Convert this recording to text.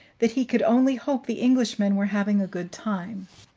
that he could only hope the englishmen were having a good time.